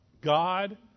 God